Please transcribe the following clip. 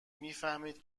میفهمید